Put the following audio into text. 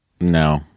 No